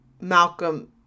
Malcolm